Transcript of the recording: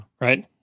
right